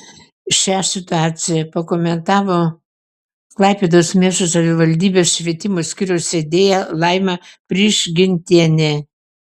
šią situaciją pakomentavo klaipėdos miesto savivaldybės švietimo skyriaus vedėja laima prižgintienė